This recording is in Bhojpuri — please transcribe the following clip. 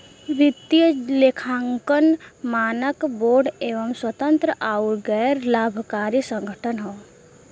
वित्तीय लेखांकन मानक बोर्ड एक स्वतंत्र आउर गैर लाभकारी संगठन हौ